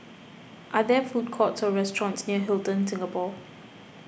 are there food courts or restaurants near Hilton Singapore